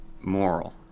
moral